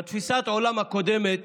בתפיסת העולם הקודמת